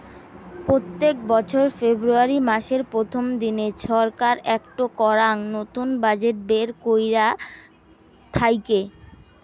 প্রত্যেক বছর ফেব্রুয়ারী মাসের প্রথম দিনে ছরকার একটো করাং নতুন বাজেট বের কইরা থাইকে